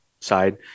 side